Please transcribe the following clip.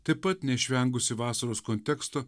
taip pat neišvengusi vasaros konteksto